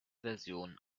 version